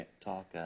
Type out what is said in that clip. talk